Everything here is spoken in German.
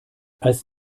als